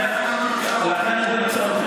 להוציא את התקנון,